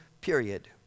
period